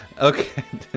Okay